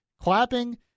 clapping